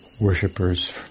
worshippers